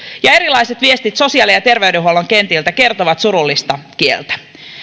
ja erilaiset viestit sosiaali ja terveydenhuollon kentiltä kertovat surullista kieltä